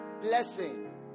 blessing